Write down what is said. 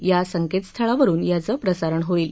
या संक्तिस्थळावरुन याचं प्रसारण होईल